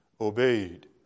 obeyed